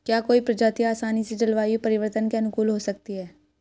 क्या कोई प्रजाति आसानी से जलवायु परिवर्तन के अनुकूल हो सकती है?